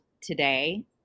today